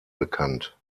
bekannt